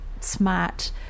smart